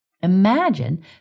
Imagine